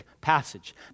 passage